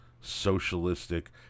socialistic